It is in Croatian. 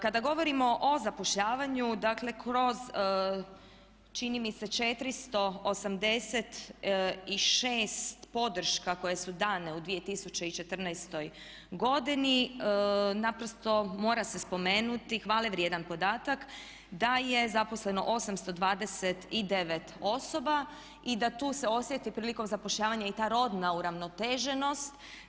Kada govorimo o zapošljavanju, dakle kroz čini mi se 486 podrška koje su dane u 2014. godini naprosto mora se spomenuti hvale vrijedan podatak da je zaposleno 829 osoba i da tu se osjeti prilikom zapošljavanja i ta rodna uravnoteženost.